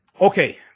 Okay